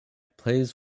plays